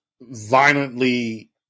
violently